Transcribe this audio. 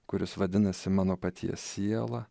kuris vadinasi mano paties siela